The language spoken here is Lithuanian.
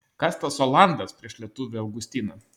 kas tas olandas prieš lietuvį augustiną